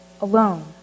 alone